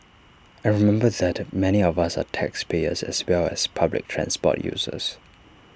and remember that many of us are taxpayers as well as public transport users